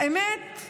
האמת?